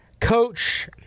Coach